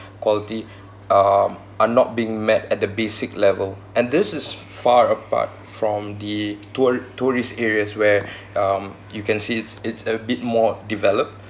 quality um are not being met at the basic level and this is far apart from the tour~ tourist areas where um you can see it's it's a bit more developed